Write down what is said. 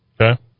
Okay